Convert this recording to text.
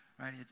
right